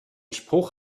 spruch